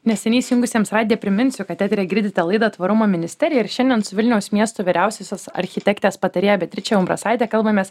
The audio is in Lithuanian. neseniai įsijungusiems radiją priminsiu kad eteryje girdite laidą tvarumo ministerija ir šiandien su vilniaus miesto vyriausiosios architektės patarėja beatriče umbrasaite kalbamės